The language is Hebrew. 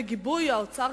בגיבוי האוצר,